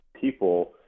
people